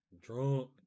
Drunk